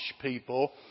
people